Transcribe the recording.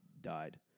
died